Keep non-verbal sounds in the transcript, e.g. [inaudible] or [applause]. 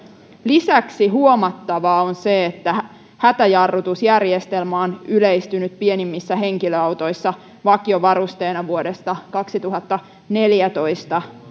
lisäksi huomattavaa on se että hätäjarrutusjärjestelmä on yleistynyt pienimmissä henkilöautoissa vakiovarusteena vuodesta kaksituhattaneljätoista [unintelligible]